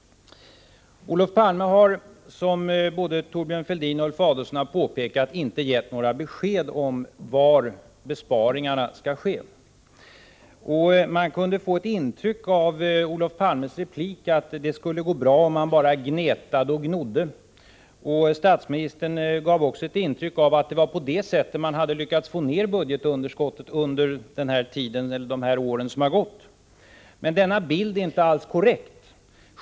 Olof Palme har, som både Thorbjörn Fälldin och Ulf Adelsohn påpekat, inte gett några besked om var besparingarna skall ske. Och man kunde få intrycket av Olof Palmes replik att det skulle gå bra om man bara gnetade och gnodde. Statsministern gav också ett intryck av att det var på detta sätt som man hade lyckats få ned budgetunderskottet under de år som gått. Men denna bild är inte alls korrekt.